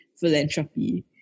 philanthropy